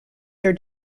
their